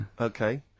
okay